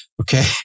Okay